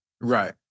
Right